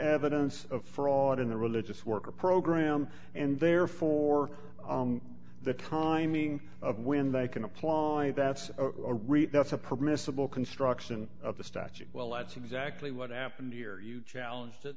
evidence of fraud in the religious worker program and therefore the timing of when they can apply that's a rate that's a permissible construction of the statute well that's exactly what happened here you challenge